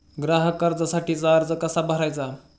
ग्राहक कर्जासाठीचा अर्ज कसा भरायचा?